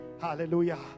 Hallelujah